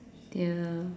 ya